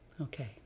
Okay